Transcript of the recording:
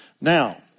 now